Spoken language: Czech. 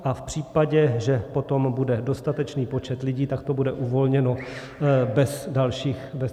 A v případě, že potom bude dostatečný počet lidí, tak to bude uvolněno bez dalších omezení.